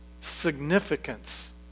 significance